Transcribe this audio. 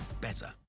better